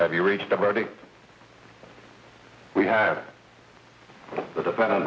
have you reached the verdict we have to depend on